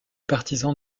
partisans